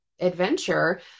adventure